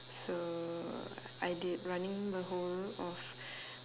so I did running the whole of